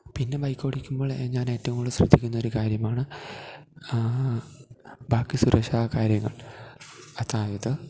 പിന്നെ ബൈക്ക് ഓടിക്കുമ്പോൾ ഞാൻ ഏറ്റവും കൂടുതൽ ശ്രദ്ധിക്കുന്ന ഒരു കാര്യമാണ് ബാക്കി സുരക്ഷാ കാര്യങ്ങൾ അതായത്